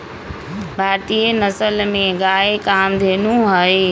भारतीय नसल में गाय कामधेनु हई